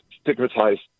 stigmatized